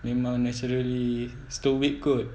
memang naturally stoic kot